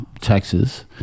taxes